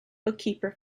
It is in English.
bookkeeper